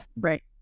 right